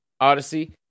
Odyssey